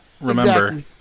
Remember